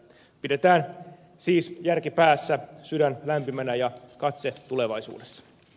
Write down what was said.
pidetään siis järki päässä sydän lämpimänä ja katse tulevaisuudes